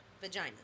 Vagina